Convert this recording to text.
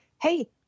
Hey